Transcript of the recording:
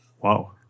Wow